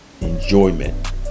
enjoyment